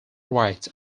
rights